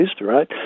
right